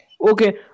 Okay